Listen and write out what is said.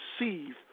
receive